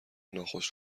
ناخوش